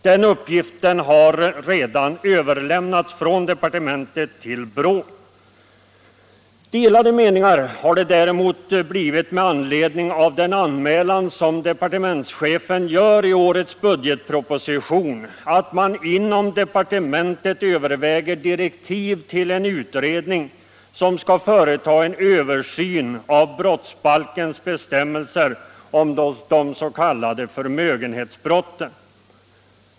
Den uppgiften har redan överlämnats från departementet till BRÅ. Delade meningar har däremot uppstått med anledning av den anmälan som departementschefen gör i årets budgetproposition, nämligen att man inom departementet överväger direktiv till en utredning som skall företa en översyn av brottsbalkens bestämmelser om de s.k. förmögenhetsbrotten.